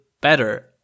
better